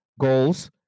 goals